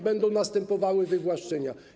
Będą następowały wywłaszczenia.